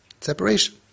Separation